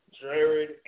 Jared